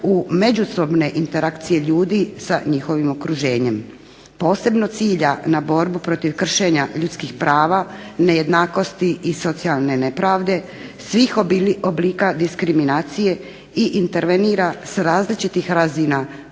u međusobne interakcije ljudi sa njihovim okruženjem. Posebno cilja na borbu protiv kršenja ljudskih prava, nejednakosti i socijalne nepravde, svih oblika diskriminacije i intervenira sa različitih razina